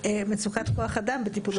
מצוקת כוח אדם בטיפול בבקשות האלה?